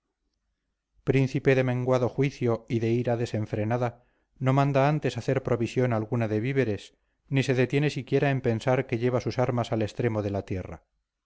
príncipe de menguado juicio y de ira desenfrenada no manda antes hacer provisión alguna de víveres ni se detiene siquiera en pensar que lleva sus armas al extremo de la tierra